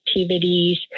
activities